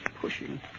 pushing